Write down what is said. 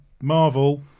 marvel